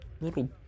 little